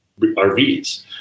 RVs